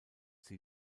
sie